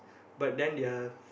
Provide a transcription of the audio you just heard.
but then they are